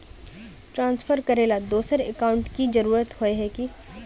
Transfer करेला दोसर account की जरुरत होय है की?